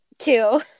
two